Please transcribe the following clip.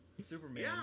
Superman